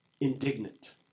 indignant